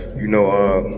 you know,